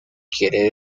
quiere